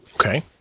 Okay